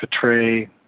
portray